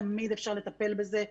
תמיד אפשר לטפל בזה.